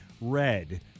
Red